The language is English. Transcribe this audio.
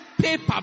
paper